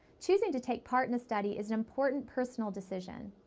choosing to take part in a study is an important personal decision.